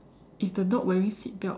is the dog wearing seatbelt